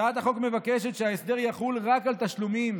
הצעת החוק מבקשת שההסדר יחול רק על תשלומים